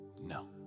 No